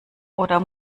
oder